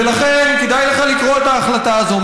ולכן כדאי לך לקרוא את ההחלטה הזו,